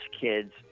kids